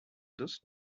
dos